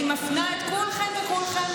אני מפנה את כולכם וכולכן,